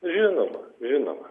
žinoma žinoma